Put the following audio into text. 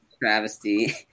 travesty